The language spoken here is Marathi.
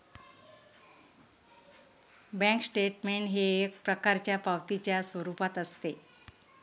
बँक स्टेटमेंट हे एक प्रकारच्या पावतीच्या स्वरूपात असते